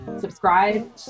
Subscribe